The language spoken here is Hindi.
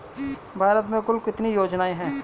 भारत में कुल कितनी योजनाएं हैं?